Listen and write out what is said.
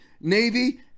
Navy